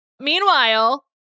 meanwhile